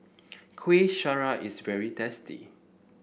Kuih Syara is very tasty